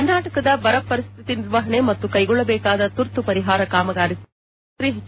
ಕರ್ನಾಟಕದ ಬರ ಪರಿಸ್ಥಿತಿ ನಿರ್ವಹಣೆ ಮತ್ತು ಕೈಗೊಳ್ಳಬೇಕಾದ ತುರ್ತು ಪರಿಹಾರ ಕಾಮಗಾರಿ ಸಂಬಂಧ ಮುಖ್ಚಮಂತ್ರಿ ಎಚ್